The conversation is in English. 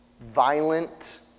violent